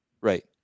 right